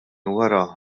wara